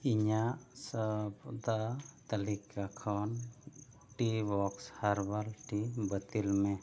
ᱤᱧᱟᱹᱜ ᱥᱚᱣᱫᱟ ᱛᱟᱹᱞᱤᱠᱟ ᱠᱷᱚᱱ ᱴᱤᱵᱚᱠᱥ ᱦᱟᱨᱵᱟᱞ ᱴᱤ ᱵᱟᱹᱛᱤᱞ ᱢᱮ